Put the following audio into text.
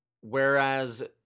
whereas